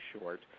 short